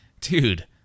dude